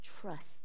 trust